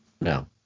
No